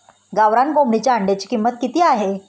गावरान कोंबडीच्या अंड्याची किंमत किती आहे?